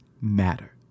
matter